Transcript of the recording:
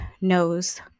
knows